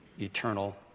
eternal